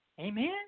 Amen